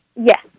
Yes